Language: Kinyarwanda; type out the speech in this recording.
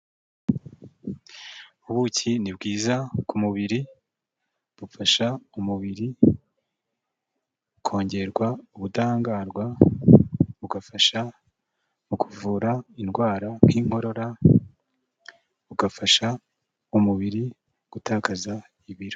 Ubuki ni bwiza ku mubiri, bufasha umubiri kongerwa ubudahangarwa, bugafasha mu kuvura indwara nk'inkorora, bugafasha umubiri gutakaza ibiro.